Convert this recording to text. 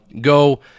go